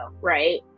right